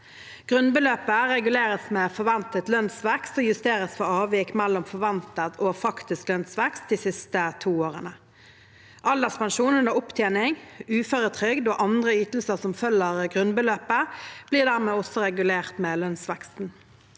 Grunnbeløpet reguleres med forventet lønnsvekst og justeres for avvik mellom forventet og faktisk lønnsvekst de siste to årene. Alderspensjon under opptjening, uføretrygd og andre ytelser som følger grunnbeløpet, blir dermed også regulert med lønnsveksten.